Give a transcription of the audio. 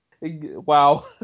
Wow